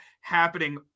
happening